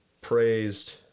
praised